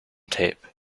tape